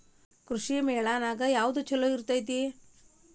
ಕೃಷಿಮೇಳ ನ್ಯಾಗ ಯಾವ್ದ ಛಲೋ ಇರ್ತೆತಿ?